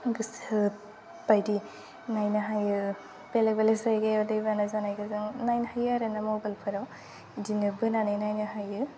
गोसो बायदि नायनो हायो बेलेख बेलेख जायगायाव दैबाना जानाय जोङो नायनो हायो आरो ना मबाइलफोराव इदिनो बोनानै नायनो हायो